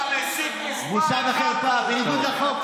אתה מסית מס' אחת פה.